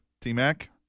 T-Mac